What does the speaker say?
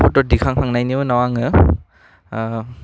फट' दिखांखांनायनि उनाव आङो आह